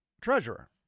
treasurer